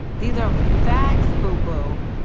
these are facts, boo boo.